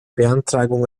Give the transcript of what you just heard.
beantragung